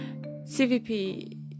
CVP